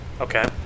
Okay